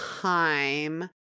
time